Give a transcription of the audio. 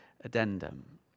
addendum